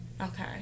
Okay